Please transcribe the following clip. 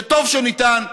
שטוב שניתן,